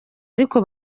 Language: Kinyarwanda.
ariko